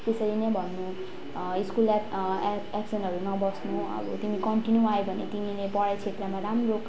त्यसरी नै भन्नु स्कुल एब एब्सेन्टहरू नबस्नु अब तिमी कन्टिन्यू आयो भने तिमीले पढाइ क्षेत्रमा राम्रो